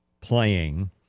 playing